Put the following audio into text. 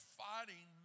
fighting